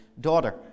daughter